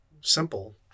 simple